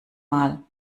mal